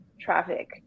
traffic